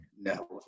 No